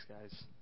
guys